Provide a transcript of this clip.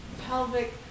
pelvic